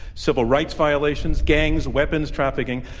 civil rights violations, gangs, weapons, trafficking.